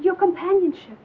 your companionship